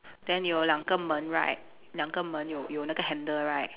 then 有两个门 right 两个门有有那个 handle right